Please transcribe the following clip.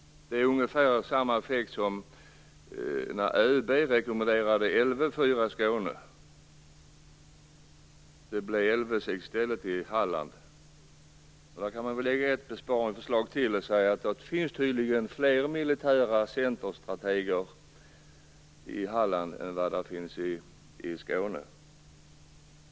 Det är ungefär samma effekt som när ÖB rekommenderade Lv 4 i Skåne och det i stället blev Lv 6 i Halland. Då kan man lägga fram ett besparingsförslag till och säga att det tydligen finns fler militära centerstrateger i Halland än det finns i Skåne.